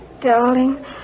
Darling